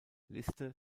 liste